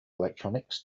electronics